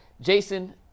Jason